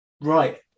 Right